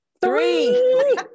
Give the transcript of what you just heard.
Three